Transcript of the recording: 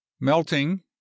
Melting